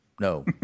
no